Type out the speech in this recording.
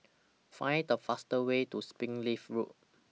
Find The fastest Way to Springleaf Road